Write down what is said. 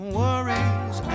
worries